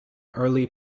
early